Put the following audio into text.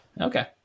Okay